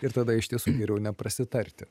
ir tada iš tiesų geriau neprasitarti